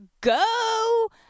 Go